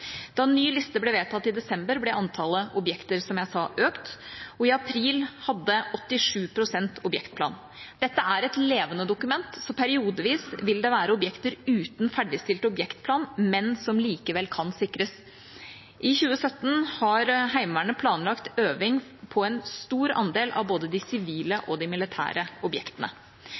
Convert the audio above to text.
Da ny liste ble vedtatt i desember, ble antallet objekter, som jeg sa, økt, og i april hadde 87 pst. objektplan. Dette er et levende dokument, så periodevis vil det være objekter uten ferdigstilt objektplan, men de kan likevel sikres. I 2017 har Heimevernet planlagt øving på en stor andel av både de sivile og de militære objektene.